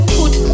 put